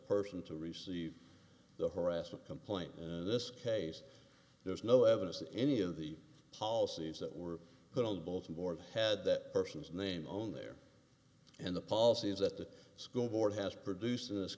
person to receive the harassment complaint in this case there's no evidence that any of the policies that were put on bulletin board had that person's name on there and the policies that the school board has produced in this